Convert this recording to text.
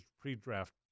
pre-draft